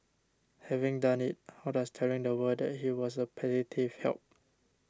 having done it how does telling the world that he was a petty thief help